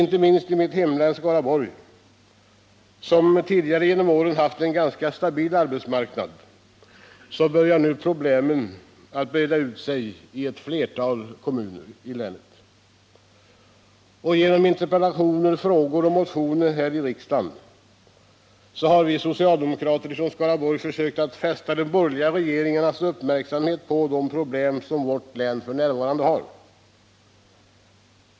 Inte minst i mitt eget hemlän Skaraborg, som tidigare genom åren haft en ganska stabil arbetsmarknad, börjar nu problemen breda ut sig i ett flertal kommuner. Genom interpellationer, frågor och motioner här i riksdagen har vi socialdemokrater från Skaraborg försökt fästa de borgerliga regeringarnas uppmärksamhet på de problem som vårt län f. n. har.